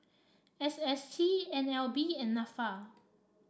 S S T N L B and NASA